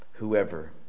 whoever